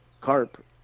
Carp